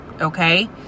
Okay